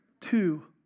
two